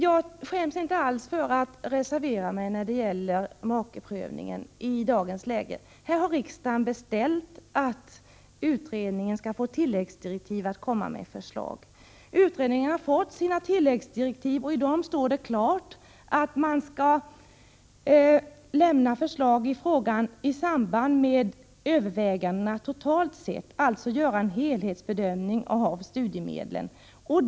Jag skäms inte för att jag i dagens läge har reserverat mig när det gäller fråga om avskaffande av äktamakeprövningen. Riksdagen har beställt tilläggsdirektiv så att utredningen kan komma med förslag. Utredningen har fått sina tilläggsdirektiv, och i dem står det klart uttryckt att man skall lämna förslag i frågan i samband med övervägandena totalt sett, dvs. göra en helhetsbedömning av studiemedlen.